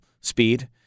speed